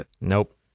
Nope